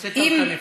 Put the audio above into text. הוצאת אותה מפוקוס.